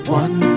one